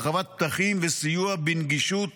הרחבת פתחים וסיוע בנגישות